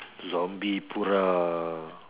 zombiepura